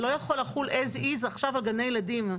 זה לא יכול לחול as is עכשיו על גני ילדים.